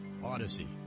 odyssey